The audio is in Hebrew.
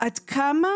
עד כמה